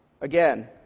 Again